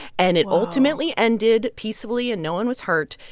and it ultimately ended peacefully, and no one was hurt.